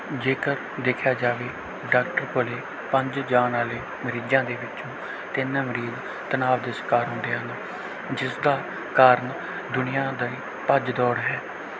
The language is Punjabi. ਜੇਕਰ ਦੇਖਿਆ ਜਾਵੇ ਡਾਕਟਰ ਕੋਲ ਪੰਜ ਜਾਣ ਵਾਲੇ ਮਰੀਜ਼ਾਂ ਦੇ ਵਿੱਚੋਂ ਤਿੰਨ ਮਰੀਜ਼ ਤਨਾਵ ਦੇ ਸ਼ਿਕਾਰ ਹੁੰਦੇ ਹਨ ਜਿਸ ਦਾ ਕਾਰਨ ਦੁਨੀਆ ਦਾ ਹੀ ਭੱਜ ਦੌੜ ਹੈ